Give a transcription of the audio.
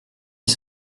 ils